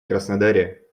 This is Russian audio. краснодаре